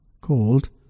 called